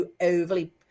overly